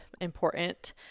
important